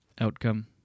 Outcome